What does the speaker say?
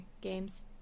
games